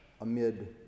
amid